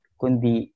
kundi